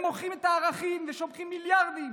הם מוכרים את הערכים ושופכים מיליארדים,